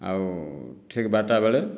ଆଉ ଠିକ୍ ବାର୍ଟା ବେଳେ